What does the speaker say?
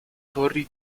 torri